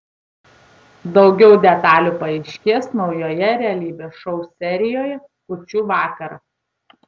daugiau detalių paaiškės naujoje realybės šou serijoje kūčių vakarą